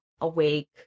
awake